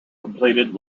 completed